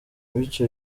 bityo